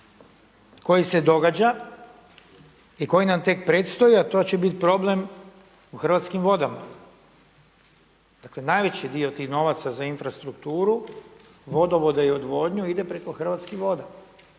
koji se događa i koji nam tek predstoji a to će biti problem u Hrvatskim vodama. Dakle najveći dio tih novaca za infrastrukturu, vodovode i odvodnju ide preko Hrvatskih voda.